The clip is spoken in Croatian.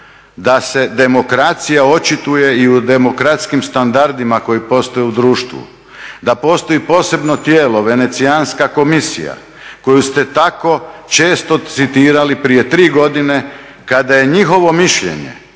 da se demokracija očituje i u demokratskim standardima koji postoje u društvo. Da postoji posebno tijelo, Venecijanska komisija koju ste tako često citirali prije 3 godine kada je njihovo mišljenje